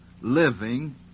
living